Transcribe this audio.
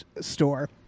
store